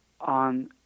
on